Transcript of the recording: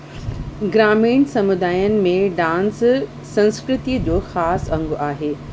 ग्रामीण समुदायन में डांस संस्कृतिअ जो खास अंग आहे